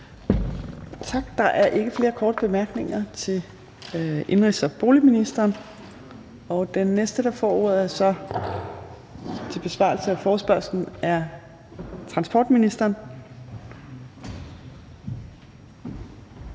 Tak. Der er ikke flere korte bemærkninger til indenrigs- og boligministeren. Den næste, der får ordet til besvarelse af forespørgslen, er transportministeren.